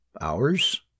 Hours